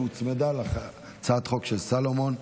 שהוצמדה להצעת החוק של סולומון.